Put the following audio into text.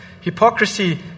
hypocrisy